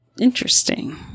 interesting